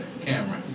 camera